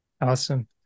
Awesome